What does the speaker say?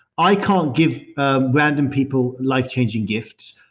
i can't give ah random people life-changing gifts.